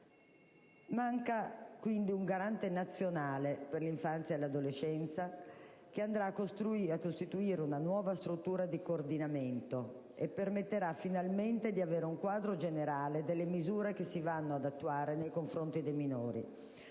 Manca quindi un Garante nazionale per l'infanzia e l'adolescenza, che andrà a costituire una nuova struttura di coordinamento e permetterà finalmente di avere un quadro generale delle misure che si vanno ad attuare nei confronti dei minori.